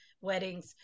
weddings